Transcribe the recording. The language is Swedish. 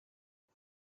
kan